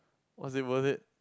was it worth it